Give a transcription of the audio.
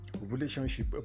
relationship